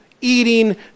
eating